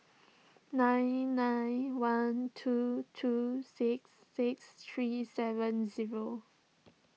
nine nine one two two six six three seven zero